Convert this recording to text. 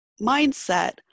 mindset